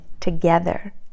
together